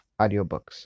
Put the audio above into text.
audiobooks